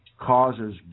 causes